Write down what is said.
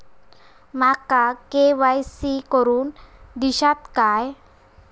माका के.वाय.सी करून दिश्यात काय?